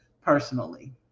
personally